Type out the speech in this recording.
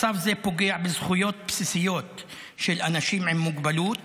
מצב זה פוגע בזכויות בסיסיות של אנשים עם מוגבלות